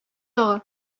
тагы